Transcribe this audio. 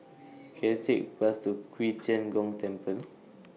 Can I Take A Bus to Qi Tian Gong Temple